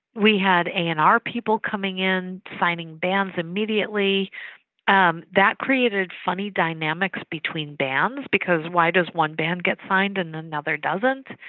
we had a and r people coming in, signing bands immediately um that created funny dynamics between bands, because why does one band get signed and another doesn't?